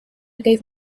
gave